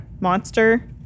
monster